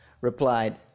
replied